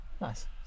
nice